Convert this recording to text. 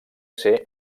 ser